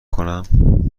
کنم